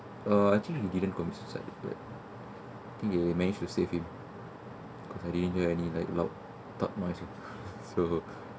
uh actually he didn't commit suicide think they manage to save him cause I didn't hear any like thud loud noise so